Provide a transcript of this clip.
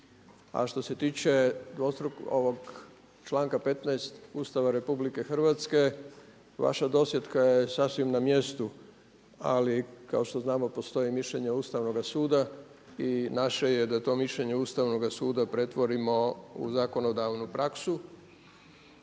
A što se tiče ovog članka 15. Ustava RH vaša dosjetka je sasvim na mjestu, ali kao što znamo postoji mišljenje Ustavnoga suda i naše je da to mišljenje Ustavnoga suda pretvorimo u zakonodavnu praksu,